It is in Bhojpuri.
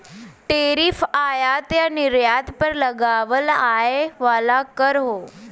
टैरिफ आयात या निर्यात पर लगावल जाये वाला कर हौ